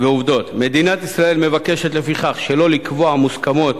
מדינת ישראל מבקשת, לפיכך, שלא לקבוע מוסכמות